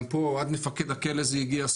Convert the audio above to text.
גם פה עד מפקד הכלא זה הגיע.